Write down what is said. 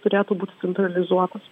turėtų būti centralizuotas